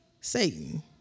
Satan